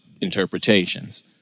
interpretations